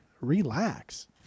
relax